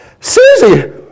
Susie